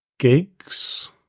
Gigs